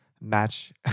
match